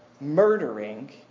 murdering